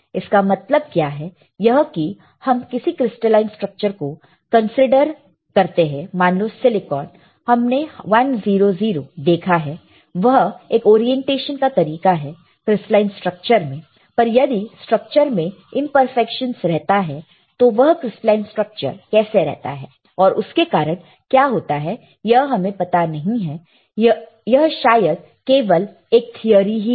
इसका मतलब क्या है यह कि यदि हम किसी क्रिस्टलाइन स्ट्रक्चर को कंसीडर करते हैं मान लो सिलिकॉन हमने 100 देखा है वह एक ओरिएंटेशन का तरीका है क्रिस्टलाइन स्ट्रक्चर में पर यदि स्ट्रक्चर में इंपरफेक्शंस रहते हैं तो वह क्रिस्टलाइन स्ट्रक्चर कैसे रहता है और उसके कारण क्या होता है यह हमें पता नहीं है यह शायद केवल एक थिअरी ही है